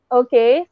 okay